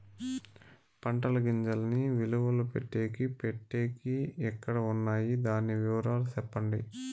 పంటల గింజల్ని నిలువ పెట్టేకి పెట్టేకి ఎక్కడ వున్నాయి? దాని వివరాలు సెప్పండి?